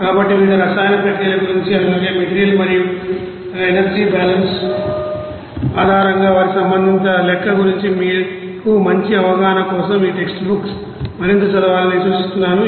కాబట్టి వివిధ రసాయన ఇంజనీరింగ్ ప్రక్రియల గురించి అలాగే మెటీరియల్ మరియు ఎనర్జీ బ్యాలెన్స్ ఆధారంగా వారి సంబంధిత లెక్క గురించి మీకు మంచి అవగాహన కోసం ఈ టెక్స్ట్ బుక్ మరింత చదవాలని నేను సూచిస్తున్నాను